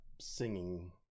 singing